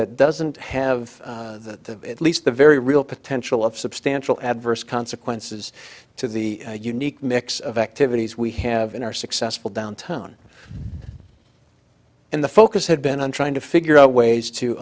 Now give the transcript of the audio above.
that doesn't have that at least the very real potential of substantial adverse consequences to the unique mix of activities we have in our successful downtown and the focus had been on trying to figure out ways to